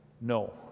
No